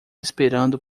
esperando